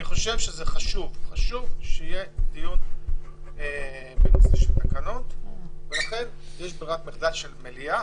אני חושב שחשוב שיהיה דיון בנושא של תקנות ולכן יש ברירת מחדל של מליאה,